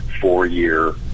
four-year